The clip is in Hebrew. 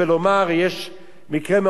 יש מקרה מאוד חמור,